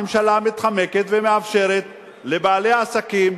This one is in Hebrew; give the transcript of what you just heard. הממשלה מתחמקת ומאפשרת לבעלי עסקים,